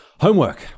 homework